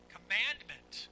Commandment